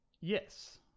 yes